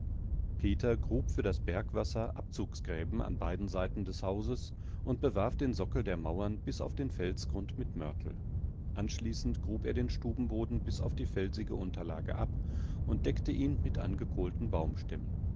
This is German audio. peter grub für das bergwasser abzugsgräben an beiden seiten des hauses und bewarf den sockel der mauern bis auf den felsgrund mit mörtel anschließend grub er den stubenboden bis auf die felsige unterlage ab und deckte ihn mit angekohlten